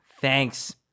Thanks